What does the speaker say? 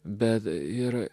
bet ir